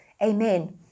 Amen